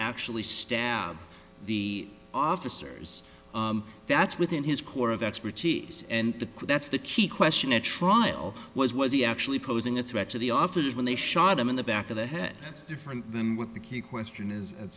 actually stab the officers that's within his core of expertise and that's the key question at trial was was he actually posing a threat to the officers when they shot him in the back of the head that's different than what the key question is a